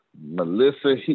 Melissa